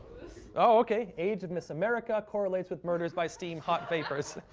oh, ok. age of miss america correlates with murders by steam, hot vapors.